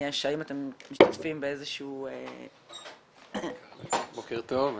אתם משתתפים באיזשהו --- בוקר טוב,